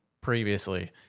previously